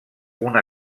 una